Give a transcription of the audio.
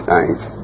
eyes